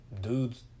dude's